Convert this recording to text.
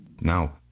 Now